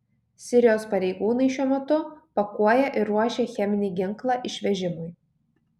sirijos pareigūnai šiuo metu pakuoja ir ruošia cheminį ginklą išvežimui